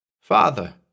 Father